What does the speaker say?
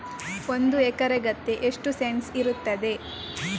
ಒಂದು ಎಕರೆ ಗದ್ದೆ ಎಷ್ಟು ಸೆಂಟ್ಸ್ ಇರುತ್ತದೆ?